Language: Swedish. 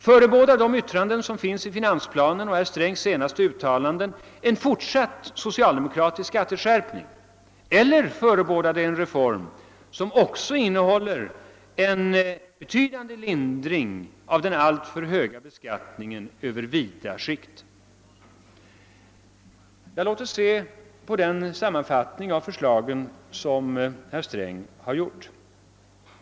Förebådar de yttranden som finns i finansplanen och herr Strängs senaste uttalanden en fortsatt socialdemokratisk skatteskärpning eller förebådar de en reform som också innehåller en betydande lindring av den alltför höga beskattningen över vida skikt? Låt oss se på den sammanfattning av förslagen som herr Sträng har gjort.